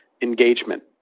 engagement